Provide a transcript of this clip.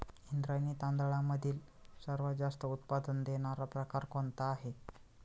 इंद्रायणी तांदळामधील सर्वात जास्त उत्पादन देणारा प्रकार कोणता आहे?